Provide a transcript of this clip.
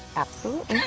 absolutely.